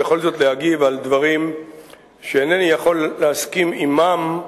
בכל זאת להגיב על דברים שאינני יכול להסכים עמם,